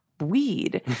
Weed